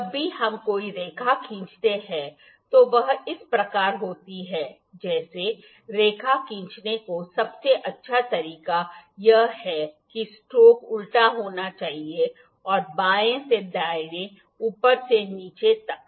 जब भी हम कोई रेखा खींचते हैं तो वह इस प्रकार होती है जैसे रेखा खींचने का सबसे अच्छा तरीका यह है कि स्ट्रोक उल्टा होना चाहिए और बाएं से दाएं ऊपर से नीचे तक